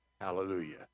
Hallelujah